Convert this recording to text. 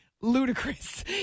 ludicrous